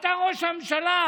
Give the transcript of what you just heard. אתה ראש הממשלה,